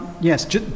Yes